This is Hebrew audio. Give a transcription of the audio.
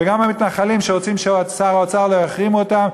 וגם המתנחלים שרוצים ששר האוצר לא יחרים אותם,